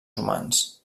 humans